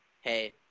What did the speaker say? Hey